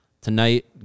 tonight